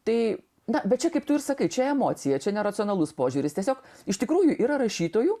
tai na bet čia kaip tu ir sakai čia emocija čia ne racionalus požiūris tiesiog iš tikrųjų yra rašytojų